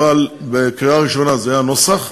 אבל בקריאה ראשונה זה הנוסח,